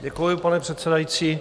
Děkuji, pane předsedající.